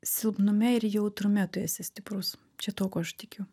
silpnume ir jautrume tu esi stiprus čia tuo kuo aš tikiu